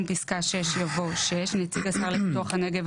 פסקה (6) יבוא: "(6) נציג השר לפיתוח הנגב,